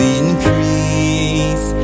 increase